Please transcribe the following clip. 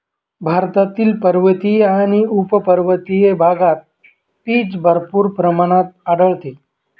भारतातील पर्वतीय आणि उपपर्वतीय भागात पीच भरपूर प्रमाणात आढळते